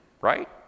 right